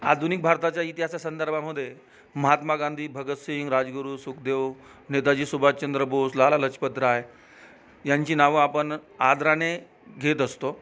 आधुनिक भारताच्या इतिहासासंदर्भामध्ये महात्मा गांधी भगतसिंग राजगुरू सुखदेव नेताजी सुभाषचंद्र बोस लाला लजपत राय यांची नावं आपण आदराने घेत असतो